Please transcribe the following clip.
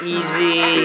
Easy